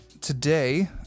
today